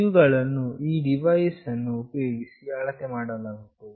ಇವುಗಳನ್ನು ಈ ಡಿವೈಸ್ ಅನ್ನು ಉಪಯೋಗಿಸಿ ಅಳತೆ ಮಾಡಲಾಗುತ್ತದೆ